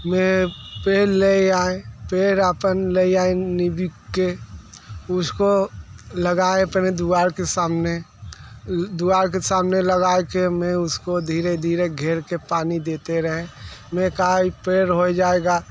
मैं पहले आए पेड़ अपन ले आए नीबी के उसको लगाए अपने दीवार के सामने दीवार के सामने लगाए के मैं उसको धीरे धीरे घेर के पानी देते रहे मैं कहा ये पेड़ हो जाएगा